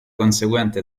conseguente